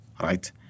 right